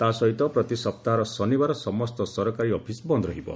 ତା ସହିତ ପ୍ରତି ସପ୍ତାହର ଶନିବାର ସମସ୍ତ ସରକାରୀ ଅଫିସ୍ ବନ୍ଦ ରହିବ